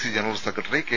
C general secretary K